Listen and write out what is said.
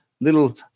little